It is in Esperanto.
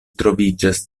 troviĝas